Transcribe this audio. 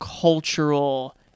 cultural